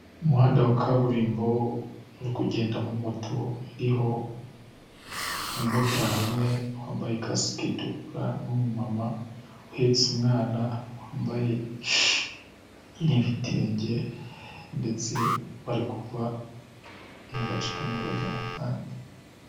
umuhanda wa kaburimbo uri kugenda mu moto iriho umumotari umwe wambaye kasike itukura, n'umumama uhetse umwana wambaye ibitenge ndetse bari kuva mu gace kamwe bajya mu kandi.